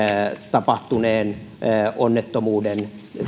tapahtuneen onnettomuuden